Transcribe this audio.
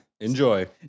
Enjoy